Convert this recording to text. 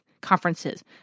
Conferences